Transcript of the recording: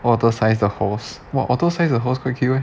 otter size 的 horse !wah! otter size 的 horse quite cute leh